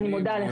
ואני מודה לך.